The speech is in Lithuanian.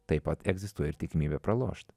taip pat egzistuoja ir tikimybė pralošt